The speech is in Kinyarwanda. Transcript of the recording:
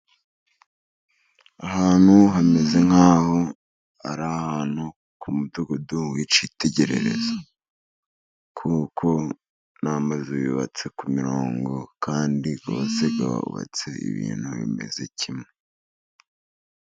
Ahantu hameze nk'aho ari ahantu k'umudugudu w'ikitegererezo, kuko n'amazu yubatse ku mirongo kandi bose yubatseho ibintu bimeze kimwe.